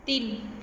ਤਿੰਨ